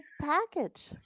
package